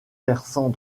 versants